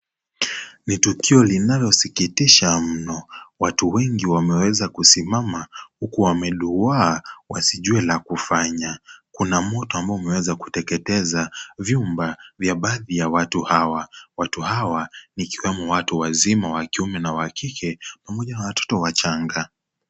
Ni tukio linalosikitisha mno. Watu wengi wameweza kusimama huku wameduwaa wasijue la kufanya. Kuna moto ambao umeweza kuteketeza vyumba ya baadhi ya watu hawa. Watu hawa, ikiwemo watu wazima wa kiume na wa kike, pamoja na watoto wachanga.